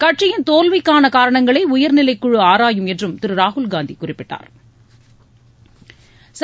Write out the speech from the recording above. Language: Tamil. கட்சியின் தோல்விக்கான காரணங்களை உயா்நிலைக்குழு ஆராயும் என்றும் திரு ராகுல்காந்தி குறிப்பிட்டாள்